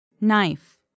Knife